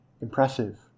Impressive